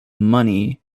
money